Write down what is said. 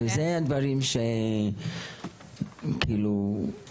וזה הדברים שכאילו, זה קשה.